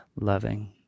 loving